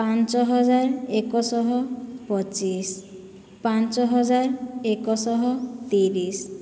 ପାଞ୍ଚ ହଜାର ଏକ ଶହ ପଚିଶ ପାଞ୍ଚ ହଜାର ଏକ ଶହ ତିରିଶ